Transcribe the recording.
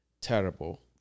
terrible